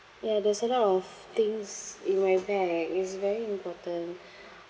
ya there's a lot of things in my bag it's very important